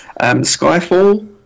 Skyfall